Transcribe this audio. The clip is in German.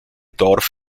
dorf